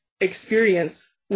experience